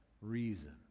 reason